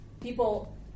People